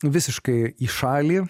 visiškai į šalį